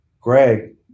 Greg